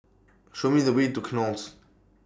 Show Me The Way to Knolls